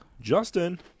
justin